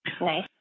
nice